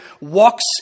walks